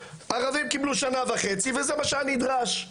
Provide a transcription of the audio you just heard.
ערבים קיבלו שנה וחצי וזה מה שהיה נדרש,